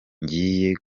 ngiye